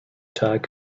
tag